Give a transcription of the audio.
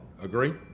Agree